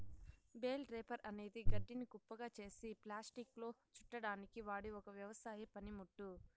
bale wrapper అనేది గడ్డిని కుప్పగా చేసి ప్లాస్టిక్లో చుట్టడానికి వాడె ఒక వ్యవసాయ పనిముట్టు